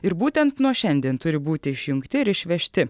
ir būtent nuo šiandien turi būti išjungti ir išvežti